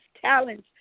talents